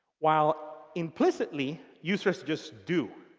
while implicitly users just do.